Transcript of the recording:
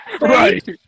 Right